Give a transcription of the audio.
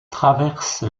traverse